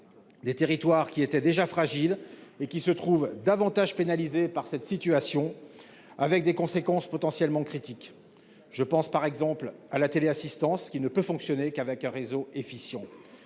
Des territoires qui était déjà fragile et qui se trouve davantage pénalisés par cette situation. Avec des conséquences potentiellement critique je pense par exemple à la télé-assistance qui ne peut fonctionner qu'avec un réseau efficient.